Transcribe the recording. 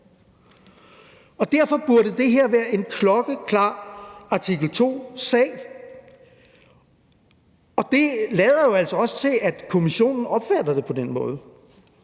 Derfor burde det her være en klokkeklar artikel 2-sag, og det lader jo altså også til, at Kommissionen opfatter det på den måde.